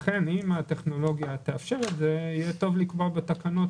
לכן אם הטכנולוגיה תאפשר את זה יהיה טוב לקבוע בתקנות